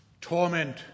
torment